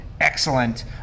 excellent